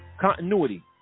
continuity